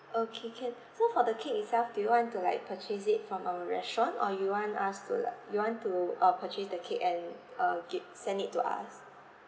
okay can so for the cake itself do you want to like purchase it from our restaurant or you want us to like you want to uh purchase the cake and uh gi~ send it to us